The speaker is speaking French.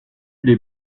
les